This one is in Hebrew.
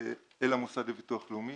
אל המוסד לביטוח לאומי.